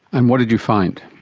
and what did you find?